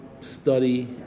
study